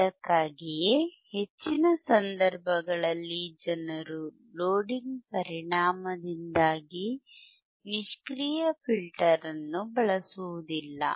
ಅದಕ್ಕಾಗಿಯೇ ಹೆಚ್ಚಿನ ಸಂದರ್ಭಗಳಲ್ಲಿ ಜನರು ಲೋಡಿಂಗ್ ಪರಿಣಾಮದಿಂದಾಗಿ ನಿಷ್ಕ್ರಿಯ ಫಿಲ್ಟರ್ ಅನ್ನು ಬಳಸುವುದಿಲ್ಲ